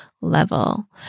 level